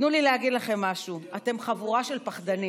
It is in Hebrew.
תנו לי להגיד לכם משהו: אתם חבורה של פחדנים.